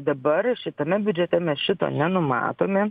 dabar šitame biudžete mes šito nenumatome